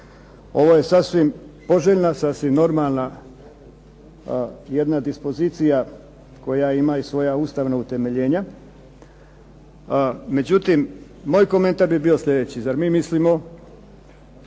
Ovo je sasvim poželjna, sasvim normalna jedna dispozicija koja ima i svoja ustavna utemeljenja, a međutim moj komentar bi bio slijedeći. Zar mi mislimo